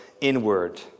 inward